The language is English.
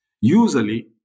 Usually